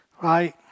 right